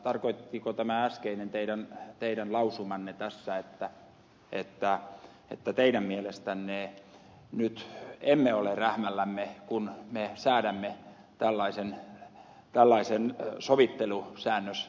tarkoittiko tämä teidän äskeinen lausumanne tässä että teidän mielestänne nyt emme ole rähmällämme kun me säädämme tällaisen sovittelu säännös